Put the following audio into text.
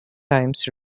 times